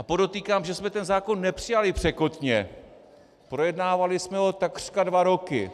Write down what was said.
Podotýkám, že jsme zákon nepřijali překotně, projednávali jsme ho takřka dva roky.